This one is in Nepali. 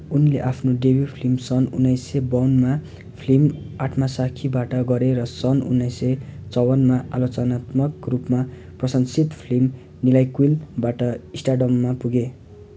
उनले आफ्नो डेब्यु फिल्म सन् उन्नाइस सय बाउन्नमा फिल्म आठ्मासाखीबाट गरेर सन् उन्नाइस सय चवन्नमा आलोचनात्मक रूपमा प्रशंसित फिल्म निलाइकुलबाट स्टारडममा पुगे